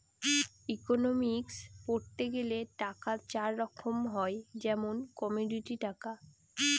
economics পড়তে গেলে টাকা চার রকম হয় যেমন কমোডিটি টাকা